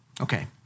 Okay